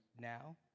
now